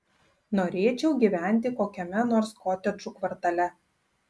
norėčiau gyventi kokiame nors kotedžų kvartale